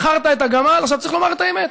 מכרת את הגמל, עכשיו צריך לומר את האמת.